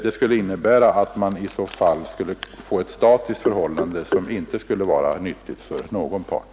Det skulle innebära att man fick ett statiskt förhållande som inte skulle vara nyttigt för någon part.